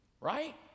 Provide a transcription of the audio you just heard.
right